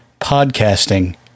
podcasting